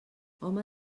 home